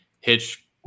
hitch